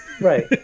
Right